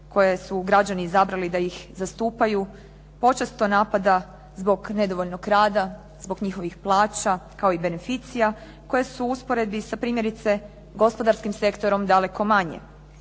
koje su građani izabrali da ih zastupaju, počesto napada zbog nedovoljnog rada, zbog njihovih plaća, kao i beneficija, koje su u usporedbi sa primjerice gospodarskim sektorom daleko manje.